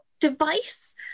device